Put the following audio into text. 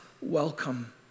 welcome